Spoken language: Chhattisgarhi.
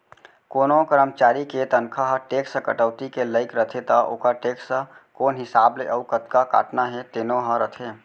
कोनों करमचारी के तनखा ह टेक्स कटौती के लाइक रथे त ओकर टेक्स कोन हिसाब ले अउ कतका काटना हे तेनो ह रथे